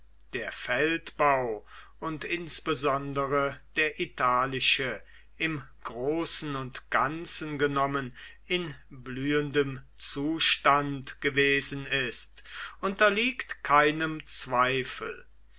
der feldbau und insbesondere der italische im großen und ganzen genommen in blühendem zustande gewesen ist unterliegt keinem zweifel